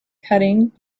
cutting